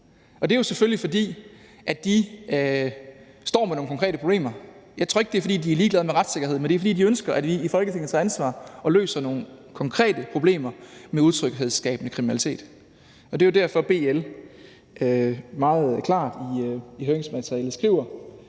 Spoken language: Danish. det er jo selvfølgelig, fordi de står med nogle konkrete problemer. Jeg tror ikke, det er, fordi de er ligeglade med retssikkerheden, men det er, fordi de ønsker, at vi tager ansvar i Folketinget og løser nogle konkrete problemer med utryghedsskabende kriminalitet. Og det er jo derfor, at BL meget klart i høringsmaterialet